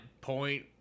point